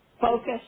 Focus